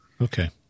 Okay